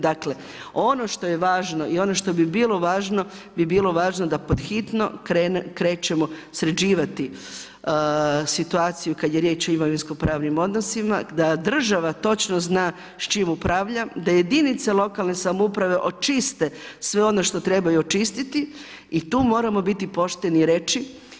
Dakle ono što je važno i ono što bi bilo važno bi bilo važno da pod hitno krećemo sređivati situaciju kada je riječ o imovinskopravnim odnosima da država točno zna s čim upravlja, da jedinice lokalne samouprave očiste sve ono što trebaju očistiti i tu moramo biti pošteni i reći.